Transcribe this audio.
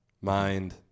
mind